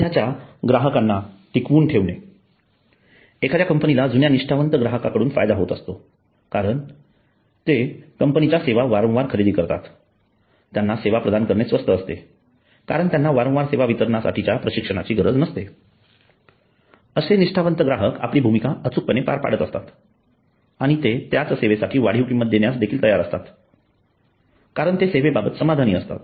सध्याच्या ग्राहकांना टिकवून ठेवणे एखाद्या कंपनीला जुन्या निष्ठावंत ग्राहकांकडून फायदा होत असतो कारण ते पनीच्या सेवा वारंवार खरेदी करतातत्यांना सेवा प्रदान करणे स्वस्त असते कारण त्यांना वारंवार सेवा वितरणासाठीच्या प्रशिक्षणाची गरज नसते आणि असे निष्ठावंत ग्राहक आपली भूमिका अचूकपणे पार पाडत असतात आणि ते त्याच सेवेसाठी वाढीव किंमत देण्यास देखील तयार असतात कारण ते सेवेबाबत समाधानी असतात